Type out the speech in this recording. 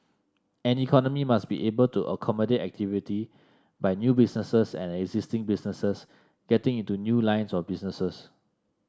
an economy must be able to accommodate activity by new businesses and existing businesses getting into new lines of businesses